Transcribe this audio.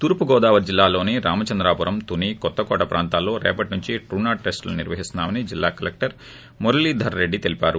తూర్పు గోదావరి జిల్లాలోని రామచంద్రపురం తుని కొత్తపేట ప్రాంతాల్లో రేపటి నుంచి ట్రూనాట్ టెస్లులు నిర్వహించనున్నా మని జిల్లా కలెక్లర్ మురళీధర్ రెడ్డి తెలిపారు